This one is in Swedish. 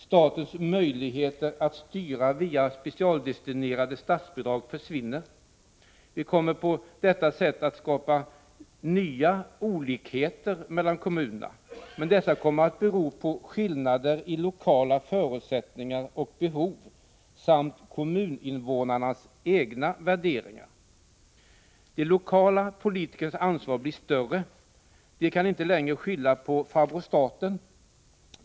Statens möjligheter att styra via specialdestinerade statsbidrag försvinner. Vi kommer på detta sätt att skapa nya olikheter mellan kommunerna, men dessa kommer att bero på skillnader i lokala förutsättningar och behov samt på kommuninnevånarnas egna värderingar. De lokala politikernas ansvar blir större. De kan inte längre skylla på ”farbror staten”.